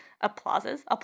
applauses